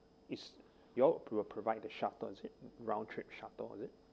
is y'all will provide the shuttle is it round trip shuttle was it